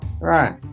Right